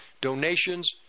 donations